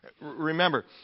Remember